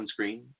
sunscreen